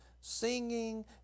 singing